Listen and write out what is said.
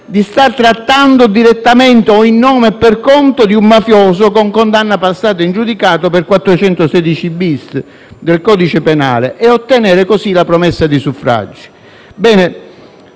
di star trattando direttamente o in nome o per conto di un mafioso con condanna passata in giudicato *ex* articolo 416-*bis* del codice penale e ottenere così la promessa di suffragio.